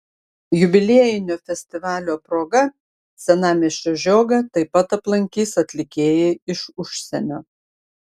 jubiliejinio festivalio proga senamiesčio žiogą taip pat aplankys atlikėjai iš užsienio